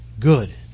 good